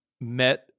met